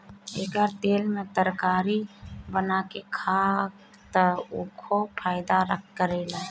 एकर तेल में तरकारी बना के खा त उहो फायदा करेला